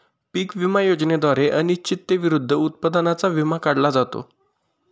पीक विमा योजनेद्वारे अनिश्चिततेविरुद्ध उत्पादनाचा विमा काढला जातो